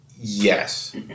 yes